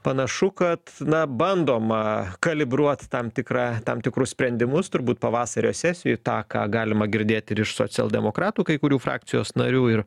panašu kad na bandoma kalibruot tam tikrą tam tikrus sprendimus turbūt pavasario sesijoj tą ką galima girdėt ir iš socialdemokratų kai kurių frakcijos narių ir